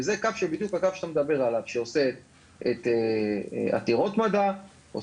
וזה קו שאתה מדבר עליו שעושה את המסלול מעתירות מדע-שפע